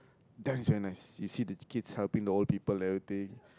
that is very nice you see the kids helping the old people everything